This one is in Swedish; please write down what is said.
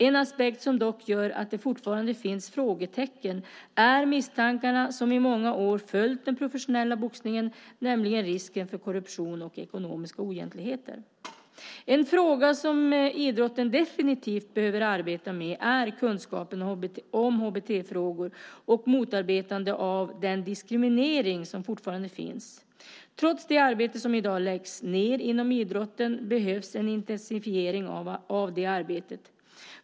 En aspekt som dock gör att det fortfarande finns frågetecken är misstankarna som i många år har följt den professionella boxningen, nämligen risken för korruption och ekonomiska oegentligheter. Något som idrotten definitivt behöver arbeta med är kunskapen om HBT-frågor och motarbetande av den diskriminering som fortfarande finns. Trots det arbete som i dag läggs ned inom idrotten behövs en intensifiering av det arbetet.